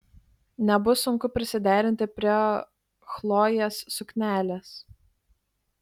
nebus sunku prisiderinti prie chlojės suknelės